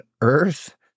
Earth